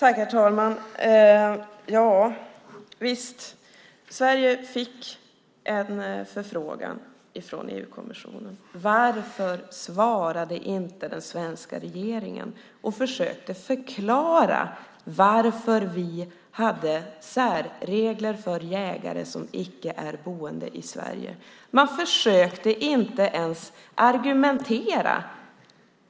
Herr talman! Ja, Sverige fick en förfrågan från EU-kommissionen. Varför svarade inte den svenska regeringen och försökte förklara varför vi hade särregler för jägare som inte är boende i Sverige? Man försökte inte ens argumentera.